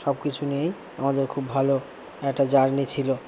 সব কিছুই নিয়েই আমাদের খুব ভালো একটা জার্নি ছিলো